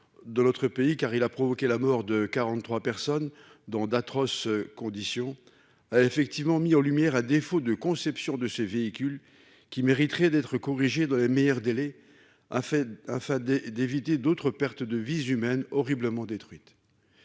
de notre pays car il a provoqué la mort de 43 personnes dans d'atroces conditions a effectivement mis en lumière, à défaut de conception de ces véhicules qui mériterait d'être corrigée dans les meilleurs délais afin, afin d'éviter d'autres pertes de vies humaines horriblement détruites.